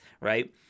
Right